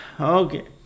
Okay